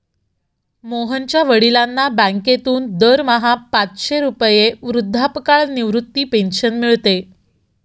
मोहनच्या वडिलांना बँकेतून दरमहा पाचशे रुपये वृद्धापकाळ निवृत्ती पेन्शन मिळते